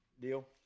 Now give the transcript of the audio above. Deal